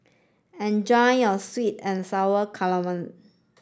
enjoy your Sweet and Sour Calamari